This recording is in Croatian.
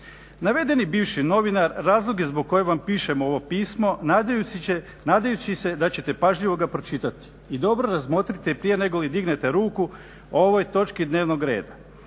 Navedeni bivši novinar razlog je zbog kojeg vam pišem ovo pismo nadajući se da ćete pažljivo ga pročitati i dobro razmotrite prije negoli dignete ruku o ovoj točki dnevnog reda.